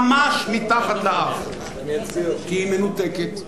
ממש מתחת לאף, כי היא מנותקת,